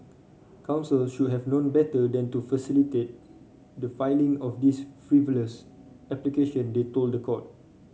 counsel should have known better than to facilitate the filing of this frivolous application they told the court